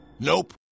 Nope